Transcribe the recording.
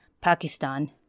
Pakistan